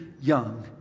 young